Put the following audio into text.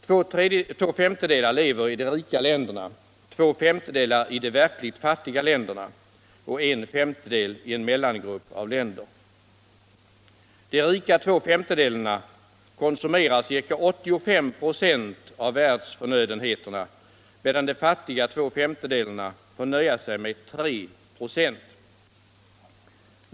Två femtedelar lever i de rika länderna, två femtedelar i de verkligt fattiga länderna och en femtedel i en mellangrupp av länder. De rika två femtedelarna konsumerar ca 85 96 av världsförnödenheterna, medan de fattiga två femtedelarna får nöja sig med 3 96.